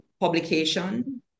publication